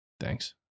Thanks